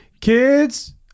kids